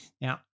Now